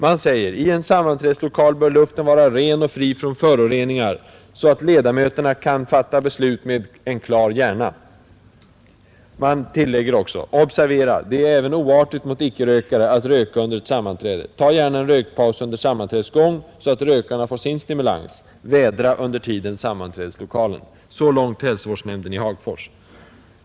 Man säger: ”I en sammanträdeslokal bör luften vara ren och fri från föroreningar, så att ledamöterna kan fatta beslut med klar hjärna.” Man tillägger också: ”OBS! Det är även oartigt mot ickerökare att röka under ett sammanträde, Tag gärna en rökpaus under sammanträdets gång, så att rökarna får sin stimulans. Vädra under tiden sammanträdeslokalen.” Så långt hälsovårdsnämnden i Hagfors.